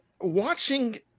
watching